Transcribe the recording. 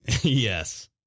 Yes